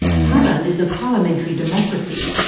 thailand is a parliamentary democracy,